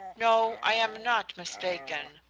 no, i am not mistaken.